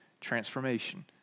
transformation